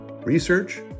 research